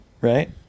Right